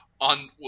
on